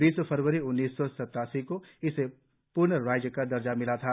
बीस फरवरी उन्नीस सौ सत्तासी को इसे पूर्ण राज्य का दर्जा मिला था